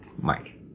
Mike